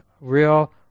real